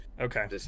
Okay